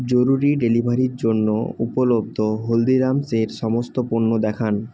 জরুরি ডেলিভারির জন্য উপলব্ধ হলদিরামসের সমস্ত পণ্য দেখান